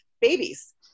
babies